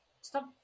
stop